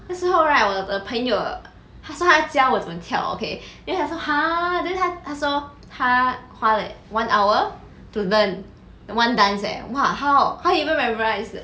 那时候 right 我的朋友他说他叫我怎么跳 okay 因为他说 !huh! then 他他说他花了 one hour to learn one dance eh !wah! how how even memorise